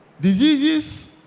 Diseases